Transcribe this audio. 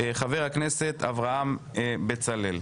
חבר הכנסת אברהם בצלאל.